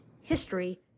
history